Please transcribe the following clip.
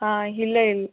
ಹಾಂ ಇಲ್ಲ ಹೇಳಿ